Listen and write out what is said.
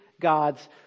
God's